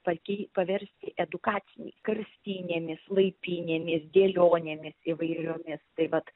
pakei paversti edukaciniais karstynėmis laipynėmis dėlionėmis įvairiomis tai vat